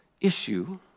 issue